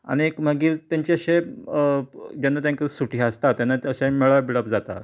आनीक मागीर तेंचे अशें जेन्ना तेंका सुटी आसता तेन्ना तशें मेळप बीळप जाता